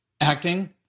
acting